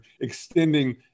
extending